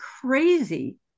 crazy